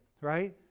right